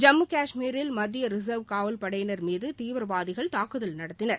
ஜம்மு கஷ்மீரில் மத்திய ரிசா்வ் காவல்படையினர் மீது தீவிரவாதிகள் தாக்கதல் நடத்தினர்